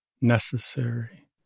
necessary